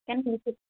can visit